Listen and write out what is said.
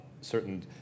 Certain